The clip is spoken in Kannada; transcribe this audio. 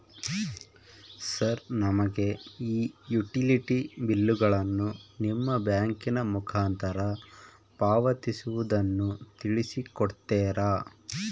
ಸರ್ ನಮಗೆ ಈ ಯುಟಿಲಿಟಿ ಬಿಲ್ಲುಗಳನ್ನು ನಿಮ್ಮ ಬ್ಯಾಂಕಿನ ಮುಖಾಂತರ ಪಾವತಿಸುವುದನ್ನು ತಿಳಿಸಿ ಕೊಡ್ತೇರಾ?